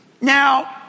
Now